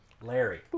larry